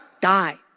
die